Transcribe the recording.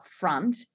upfront